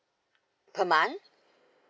a month